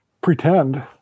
pretend